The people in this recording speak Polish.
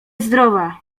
zdrowa